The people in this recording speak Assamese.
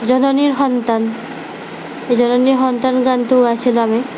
জননীৰ সন্তান জননীৰ সন্তান গানটো গাইছিলোঁ আমি